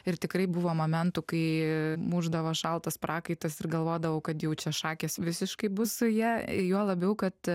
ir tikrai buvo momentų kai mušdavo šaltas prakaitas ir galvodavau kad jau čia šakės visiškai bus su ja juo labiau kad